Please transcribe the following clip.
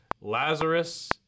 Lazarus